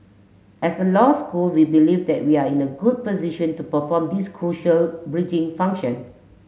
as a law school we believe that we are in a good position to perform this crucial bridging function